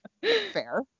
fair